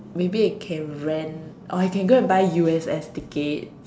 maybe I can rent or I can go and buy U_S_S ticket